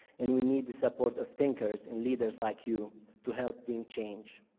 and we need the support of thinkers and leaders like you to help bring change.